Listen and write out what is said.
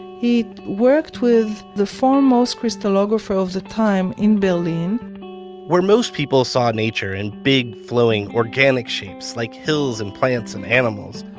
he worked with the foremost crystallographer of the time in berlin where most people saw nature in big flowing organic shapes like hills and plants and animals,